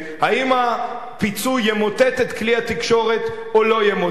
אם הפיצוי ימוטט את כלי התקשורת או לא ימוטט.